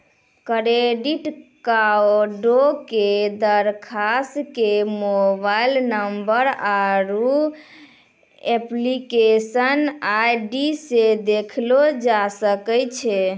credit कार्डो के दरखास्त के मोबाइल नंबर आरु एप्लीकेशन आई.डी से देखलो जाय सकै छै